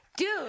Dude